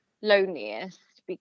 loneliest